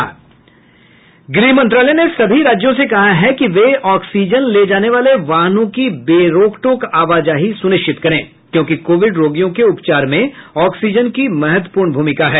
गृहमंत्रालय ने सभी राज्यों से कहा है कि वे ऑक्सीजन ले जाने वाले वाहनों की बे रोकटोक आवाजाही सुनिश्चित करें क्योंकि कोविड रोगियों के उपचार में ऑक्सीजन की महत्वपूर्ण भूमिका है